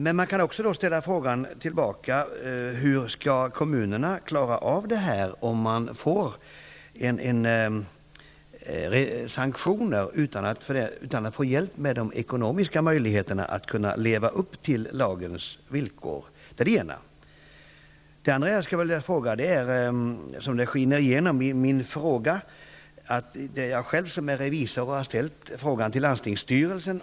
Man kan då emellertid ställa frågan: Hur skall kommunerna klara av detta om de påläggs sanktioner utan att få de ekonomiska möjligheterna att leva upp till vad lagen föreskriver. Jag skulle vilja ställa ytterligare en fråga. Det skiner igenom i min fråga att det är jag själv som är revisor och har ställt frågan till landstingsstyrelsen.